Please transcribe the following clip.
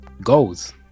goals